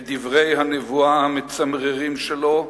את דברי הנבואה המצמררים שלו,